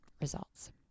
results